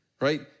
right